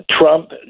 Trump